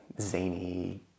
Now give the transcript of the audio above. zany